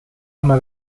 ama